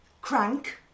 crank